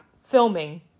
filming